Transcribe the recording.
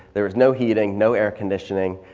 there was no heating, no air conditioning.